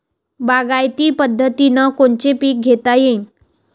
बागायती पद्धतीनं कोनचे पीक घेता येईन?